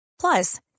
Plus